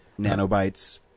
nanobytes